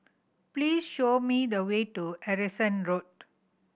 please show me the way to Harrison Road